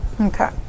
Okay